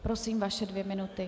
Prosím, vaše dvě minuty.